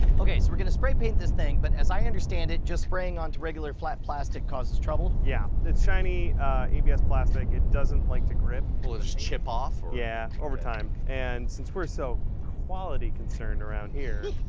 okay so we're going to spray paint this thing but as i understand it, just spraying onto regular flat plastic causes trouble. yeah, this shiny abs plastic it doesn't like to grip. will it just chip off? yeah, over time. and since we're so quality concerned around here.